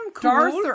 Darth